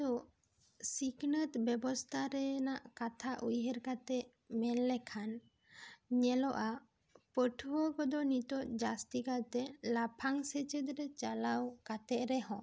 ᱛᱚ ᱥᱤᱠᱷᱱᱟᱹᱛ ᱵᱮᱵᱚᱥᱛᱷᱟ ᱨᱮ ᱱᱟᱜ ᱠᱟᱛᱷᱟ ᱩᱭᱦᱟᱹᱨ ᱠᱟᱛᱮ ᱢᱮᱱ ᱞᱮᱠᱷᱟᱱ ᱧᱮᱞᱚᱜᱼᱟ ᱯᱟᱹᱴᱷᱩᱣᱟᱹ ᱠᱚ ᱫᱚ ᱱᱤᱛᱚᱜ ᱡᱟᱹᱥᱛᱤ ᱠᱟᱛᱮ ᱞᱟᱯᱷᱟᱝ ᱥᱮᱪᱮᱫ ᱨᱮ ᱪᱟᱞᱟᱣ ᱠᱟᱛᱮ ᱨᱮᱦᱚᱸ